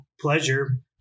pleasure